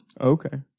Okay